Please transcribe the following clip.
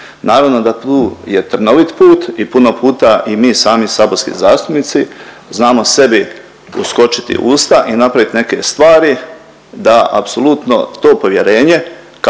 Naravno da tu je trnovit put i puno puta i mi sami saborski zastupnici znamo sebi uskočiti u usta i napravit neke stvari da apsolutno to povjerenje